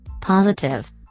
Positive